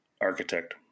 architect